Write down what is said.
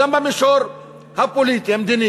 גם במישור הפוליטי-המדיני,